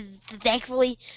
thankfully